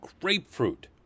grapefruit